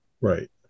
Right